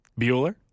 Bueller